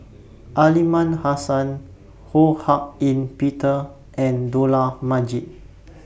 Aliman Hassan Ho Hak Ean Peter and Dollah Majid